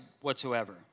whatsoever